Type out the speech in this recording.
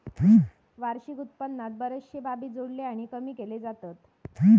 वार्षिक उत्पन्नात बरेचशे बाबी जोडले आणि कमी केले जातत